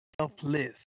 selfless